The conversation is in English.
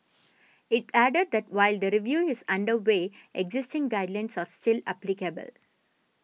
it added that while the review is under way existing guidelines are still applicable